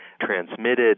transmitted